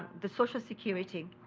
the social security,